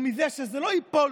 או מזה שזה לא ייפול,